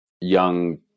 young